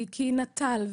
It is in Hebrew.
כי נט"ל,